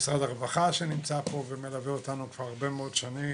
משרד הרווחה שנמצא פה ומלווה אתנו כבר הרבה מאוד שנים.